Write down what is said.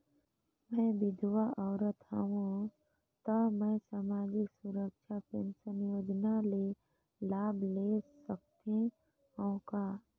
मैं विधवा औरत हवं त मै समाजिक सुरक्षा पेंशन योजना ले लाभ ले सकथे हव का?